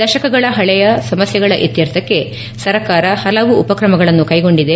ದಶಕಗಳ ಪಳೆಯ ಸಮಸ್ಥೆಗಳ ಇತ್ಯರ್ಥಕ್ಕೆ ಸರ್ಕಾರ ಪಲವು ಉಪಕ್ರಮಗಳನ್ನು ಕೈಗೊಂಡಿದೆ